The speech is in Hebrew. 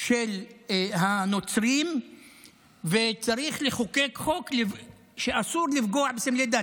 של הנוצרים וצריך לחוקק חוק שאסור לפגוע בסמלי דת.